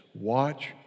watch